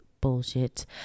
bullshit